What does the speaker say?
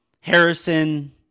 Harrison